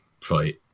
fight